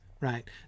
right